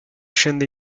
scende